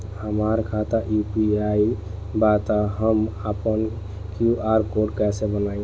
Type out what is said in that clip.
हमार खाता यू.पी.आई बा त हम आपन क्यू.आर कोड कैसे बनाई?